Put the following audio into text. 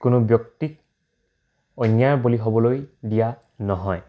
কোনো ব্যক্তিক অন্যায়ৰ বলি হ'বলৈ দিয়া নহয়